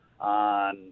on